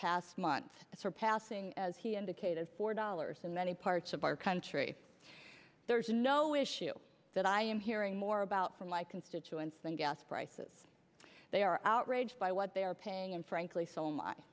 last month surpassing as he indicated four dollars in many parts of our country there's no issue that i am hearing more about from my constituents than gas prices they are outraged by what they are paying and frankly so m